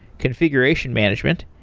configuration management,